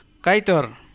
kaitor